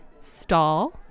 stall